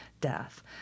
death